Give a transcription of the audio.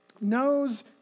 knows